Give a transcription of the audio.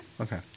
Okay